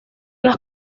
las